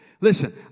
Listen